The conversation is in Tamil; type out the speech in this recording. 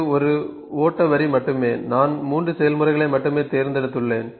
இது ஒரு ஓட்ட வரி மட்டுமே நான் 3 செயல்முறைகளை மட்டுமே தேர்ந்தெடுத்துள்ளேன்